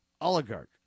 oligarch